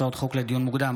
הצעות חוק לדיון מוקדם,